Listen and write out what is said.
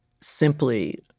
simply